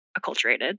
acculturated